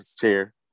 chair